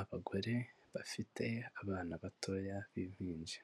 Abagore bafite abana batoya b'impinja,